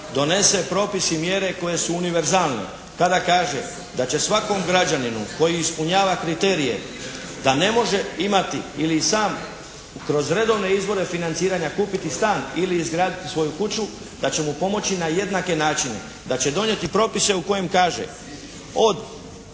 donese propis i mjere koje su univerzalne. Kada kaže, da će svakom građaninu koji ispunjava kriterije da ne može imati ili sam kroz redovne izbore financiranja kupiti stan ili izgraditi svoju kuću, da će mu pomoći na jednake načine. Da će donijeti propise u kojem kaže, od